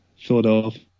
Philadelphia